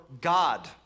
God